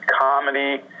comedy